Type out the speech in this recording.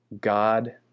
God